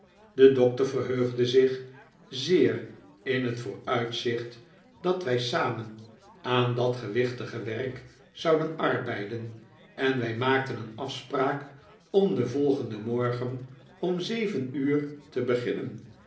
de doctor verheugde zich zeer in het vooruitzicht dat wij samen aan dat gewichtige werk zouden arbeiden en wij maakten een afspraak om den volgenden morgen om zeven uur te beginnen